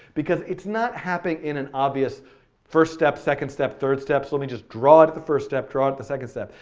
because it's not happening in an obvious first step, second step, third step. so let me just draw it the first step, draw it the second step.